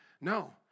No